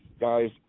guys